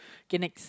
K next